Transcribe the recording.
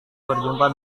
berjumpa